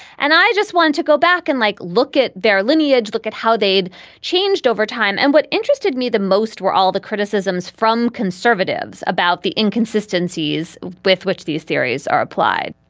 and i just want to go back and like, look at their lineage. look at how they'd changed over time. and what interested me the most were all the criticisms from conservatives about the inconsistencies with which these theories are applied